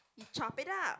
you chop it up